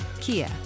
Kia